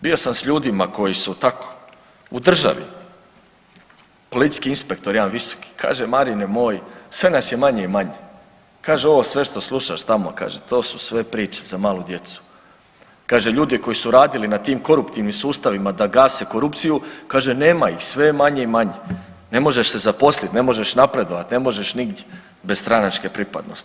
Bio sam s ljudima koji su tako u državi, policijski inspektor jedan visoko kaže Marine moj sve nas je manje i manje, kaže ovo sve što slušaš tamo kaže to su sve priče za malu djecu, kaže ljudi koji su radili na tim koruptivnim sustavima da gase korupciju kaže nema ih, sve je manje i manje, ne možeš se zaposliti, ne možeš napredovati, ne možeš nigdje bez stranačke pripadnosti.